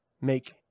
make